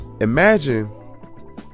Imagine